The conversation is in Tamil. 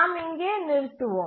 நாம் இங்கே நிறுத்துவோம்